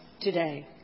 today